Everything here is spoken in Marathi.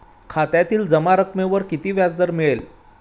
खात्यातील जमा रकमेवर किती व्याजदर मिळेल?